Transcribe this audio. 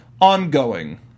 ongoing